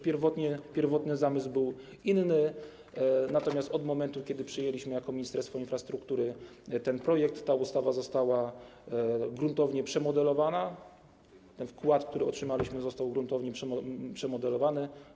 Pierwotny zamysł był inny, natomiast od momentu, kiedy przejęliśmy jako Ministerstwo Infrastruktury ten projekt, ta ustawa została gruntownie przemodelowana, wkład, który otrzymaliśmy, został gruntownie przemodelowany.